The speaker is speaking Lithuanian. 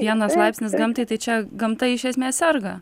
vienas laipsnis gamtai tai čia gamta iš esmės serga